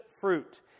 fruit